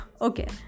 Okay